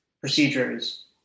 procedures